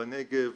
בנגב,